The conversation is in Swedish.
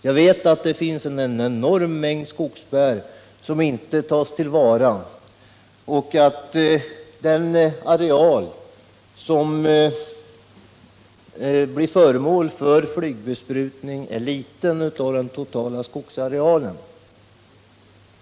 Jag vet att det finns en enorm mängd skogsbär som inte tas till vara och att den del av den totala skogsarealen som blir föremål för flygbesprutning är liten.